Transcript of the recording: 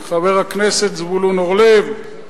חבר הכנסת זבולון אורלב,